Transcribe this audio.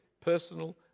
personal